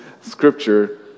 Scripture